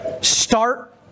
Start